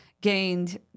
gained